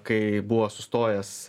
kai buvo sustojęs